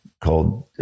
called